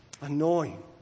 annoying